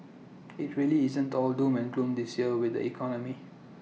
IT really isn't all doom and gloom this year with the economy